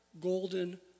golden